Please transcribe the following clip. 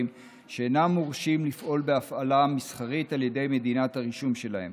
שאינם מורשים לפעול בהפעלה מסחרית על ידי מדינת הרישום שלהם